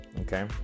Okay